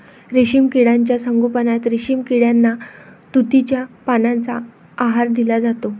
रेशीम किड्यांच्या संगोपनात रेशीम किड्यांना तुतीच्या पानांचा आहार दिला जातो